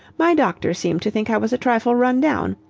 my doctor seemed to think i was a trifle run down.